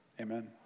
Amen